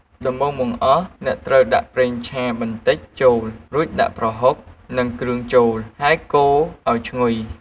ដំបូងបង្អស់ អ្នកត្រូវដាក់ប្រេងឆាបន្តិចចូល រួចដាក់ប្រហុក និងគ្រឿងចូលហើយកូរអោយឈ្ងុយ។